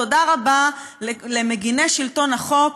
תודה רבה למגיני שלטון החוק,